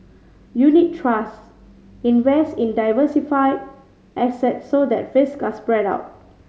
unit trusts invest in diversified assets so that risks are spread out